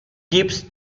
keeps